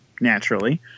naturally